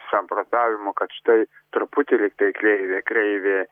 samprotavimų kad štai truputį lygtai kreivė kreivė